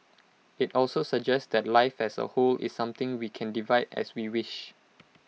IT also suggests that life as A whole is something we can divide as we wish